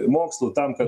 mokslų tam ka